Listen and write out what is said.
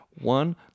one